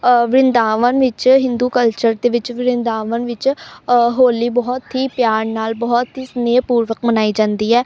ਵਰਿੰਦਾਵਨ ਵਿੱਚ ਹਿੰਦੂ ਕਲਚਰ ਦੇ ਵਿੱਚ ਵਰਿੰਦਾਵਨ ਵਿੱਚ ਹੋਲੀ ਬਹੁਤ ਹੀ ਪਿਆਰ ਨਾਲ ਬਹੁਤ ਹੀ ਸਨੇਹ ਪੂਰਵਕ ਮਨਾਈ ਜਾਂਦੀ ਹੈ